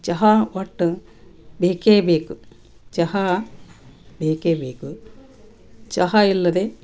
ಚಹಾ ಒಟ್ಟು ಬೇಕೇ ಬೇಕು ಚಹಾ ಬೇಕೇ ಬೇಕು ಚಹಾ ಇಲ್ಲದೆ